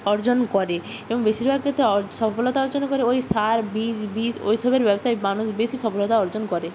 অর্জন করে এবং বেশিরভাগ ক্ষেত্রে অর্ সফলতা অর্জন করে ওই সার বীজ বিষ ওই সবের ব্যবসায় মানুষ বেশি সফলতা অর্জন করে